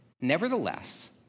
Nevertheless